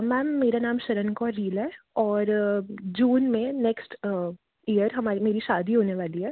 ma'am मेरा नाम शरण कौर हील है और जून में नेक्स्ट इयर हमारी मेरी शादी होने वाली है